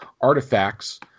artifacts